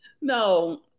No